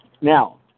Now